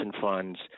funds